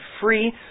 free